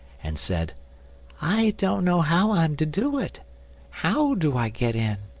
and said i don't know how i'm to do it how do i get in?